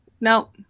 no